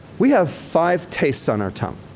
we have five tastes on our tongue.